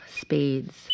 Spades